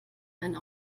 einen